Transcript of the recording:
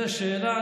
זו שאלה.